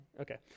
Okay